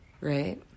right